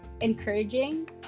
encouraging